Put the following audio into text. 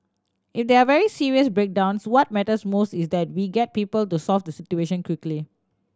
if there are very serious breakdowns what matters most is that we get people to solve the situation quickly